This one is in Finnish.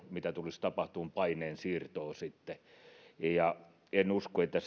mitä tulisi tapahtumaan paineen siirtoa ja en usko että